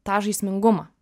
tą žaismingumą